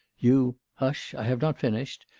you hush, i have not finished,